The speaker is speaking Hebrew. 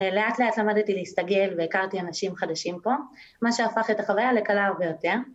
לאט לאט למדתי להסתגל והכרתי אנשים חדשים פה מה שהפך את החוויה לקלה הרבה יותר.